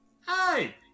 hi